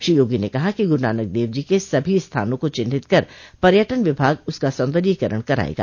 श्री योगी ने कहा कि ग्रूनानकदेव जी कर्के सभी स्थानों को चिन्हित कर पर्यटन विभाग उसका सौन्दर्यीकरण करायेगा